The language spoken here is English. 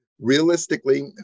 Realistically